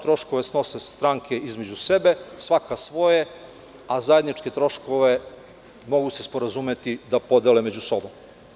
Troškove snose stranke između sebe, svaka svoje, a zajedničke troškove, mogu se sporazumeti da podele među sobom.